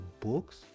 books